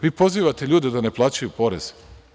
Vi pozivate ljude da ne plaćaju porez.